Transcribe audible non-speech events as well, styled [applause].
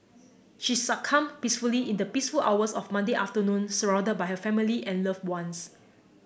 she succumbed peacefully in the [unintelligible] hours of Monday afternoon surrounded by her family and loved ones